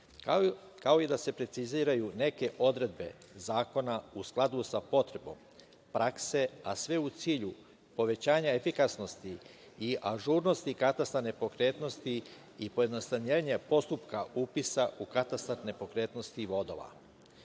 postupku i preciziraju se neke odredbe zakona u skladu sa potrebom prakse, a sve u cilju povećanja efikasnosti i ažurnosti katastra nepokretnosti, pojednostavljenja postupka upisa u katastar nepokretnosti i vodova.